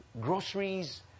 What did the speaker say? groceries